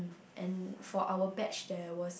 um and for our batch there was